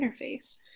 interface